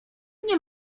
nie